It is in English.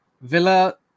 Villa